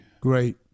Great